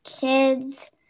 kids